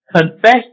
Confess